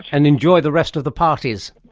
and enjoy the rest of the parties.